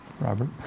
Robert